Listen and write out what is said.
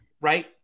right